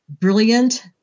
Brilliant